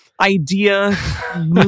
idea